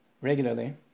regularly